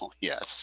Yes